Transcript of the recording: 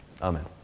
Amen